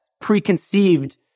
preconceived